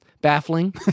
baffling